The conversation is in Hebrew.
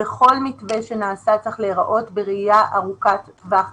וכל מתווה שנעשה צריך להיראות בראייה ארוכת טווח כזו.